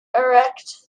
erect